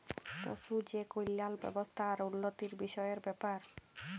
পশু যে কল্যাল ব্যাবস্থা আর উল্লতির বিষয়ের ব্যাপার